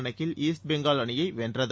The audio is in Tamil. கணக்கில் ஈஸ்ட் பெங்கால் அணியை வென்றது